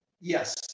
Yes